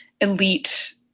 elite